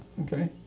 Okay